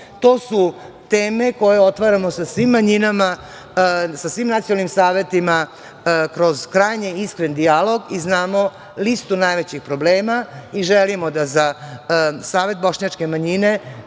su teme koje otvaramo sa svim manjinama, sa svim nacionalnim savetima kroz krajnje iskren dijalog i znamo listu najvećih problema i želimo da za Savet bošnjačke manjine